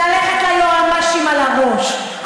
ללכת ליועמ"שים על הראש,